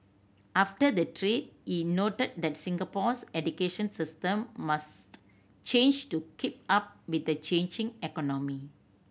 after the trip he noted that Singapore's education system must change to keep up with the changing economy